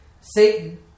Satan